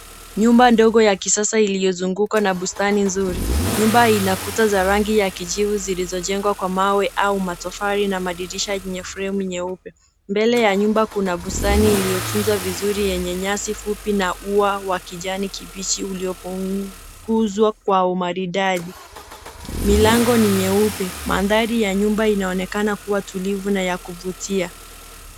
Nyumba ndogo ya kisasa iliyozungukwa na bustani nzuri. Nyumba ina kuta za rangi ya kijivu zilizojengwa kwa mawe au matofari na madirisha yenye fremu nyeupe. Mbele ya nyumba kuna bustani iliyotunzwa vizuri yenye nyasi fupi na ua wa kijani kibichi uliopunguzwa kwa umaridadi. Milango ni nyeupe. Mandhari ya nyumba inaonekana kuwa tulivu na ya kuvutia.